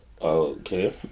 Okay